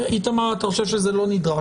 איתמר, אתה חושב שזה לא נדרש.